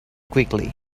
quickly